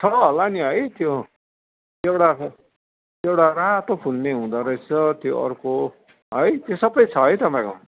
छ होला नि है त्यो एउटाको एउटा रातो फुल्ने हुँदा रहेछ त्यो अर्को है त्यो सबै छ है तपाईँकोमा